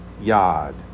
Yod